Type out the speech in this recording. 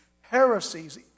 heresies